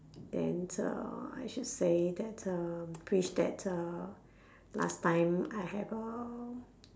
then uh I should say that um preach that uh last time I have uh